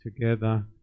together